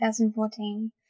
2014